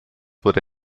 wurde